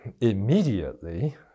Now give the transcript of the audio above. immediately